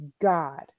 God